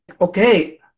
okay